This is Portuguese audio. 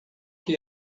que